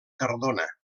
cardona